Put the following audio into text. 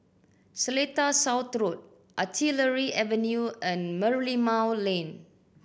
Seletar South Road Artillery Avenue and Merlimau Lane